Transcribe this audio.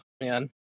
man